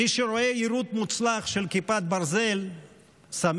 מי שרואה יירוט מוצלח של כיפת ברזל שמח,